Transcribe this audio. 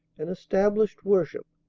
and established worship.